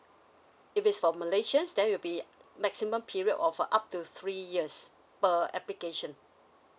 if it's for malaysians then it'll be maximum period of up to three years per application